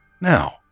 Now